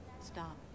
Stop